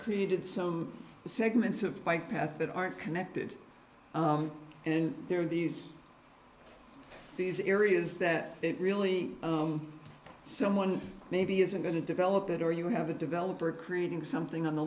created some segments of bike path that aren't connected and there are these these areas that really someone maybe isn't going to develop it or you have a developer creating something on the